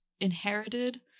Inherited